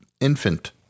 infant